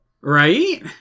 Right